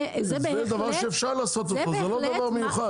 זה דבר שאפשר לעשות אותו, זה לא דבר מיוחד.